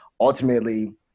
ultimately